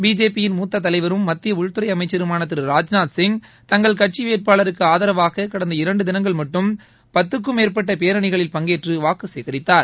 BJP யின் மூத்த தலைவரும் மத்திய உள்துறை அமைச்சருமான திரு ராஜ்நாத்சிங் தங்கள் கட்சி வேட்பாளருக்கு ஆதரவாக கடந்த இரண்டு தினங்கள் மட்டும் பத்துக்கும் மேற்பட்ட பேரனிகளில் பங்கேற்று வாக்கு சேகரித்தார்